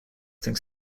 things